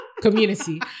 community